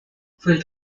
full